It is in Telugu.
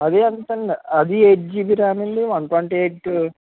అది అంతే అండి అది ఎయిట్ జిబి ర్యామ్ అండి వన్ ట్వంటీ ఎయిట్